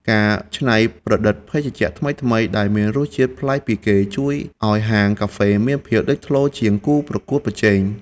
ការច្នៃប្រឌិតភេសជ្ជៈថ្មីៗដែលមានរសជាតិប្លែកពីគេជួយឱ្យហាងកាហ្វេមានភាពលេចធ្លោជាងគូប្រកួតប្រជែង។